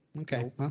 Okay